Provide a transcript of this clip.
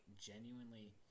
genuinely